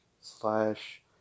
slash